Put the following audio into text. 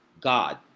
God